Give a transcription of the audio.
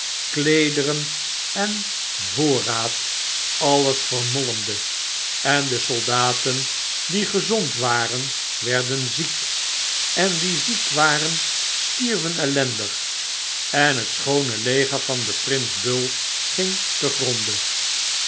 kleederen en voorraad alles vermolmde en de soldaten die gezond waren werden ziek en die ziek waren stierven ellendig en het schoone leger van prins bull ging te gronde